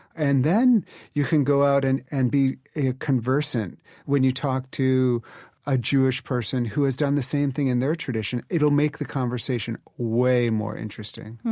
and then you can go out and and be conversant when you talk to a jewish person who has done the same thing in their tradition. it'll make the conversation way more interesting.